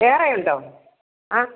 വേറെയും ഉണ്ടോ ആ